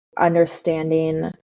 understanding